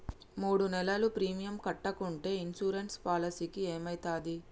మూడు నెలలు ప్రీమియం కట్టకుంటే ఇన్సూరెన్స్ పాలసీకి ఏమైతది?